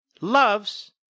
loves